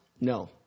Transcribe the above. no